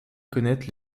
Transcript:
connaître